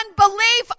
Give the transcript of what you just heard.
unbelief